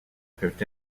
peuvent